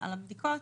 על הבדיקות,